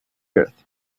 earth